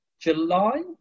July